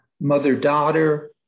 mother-daughter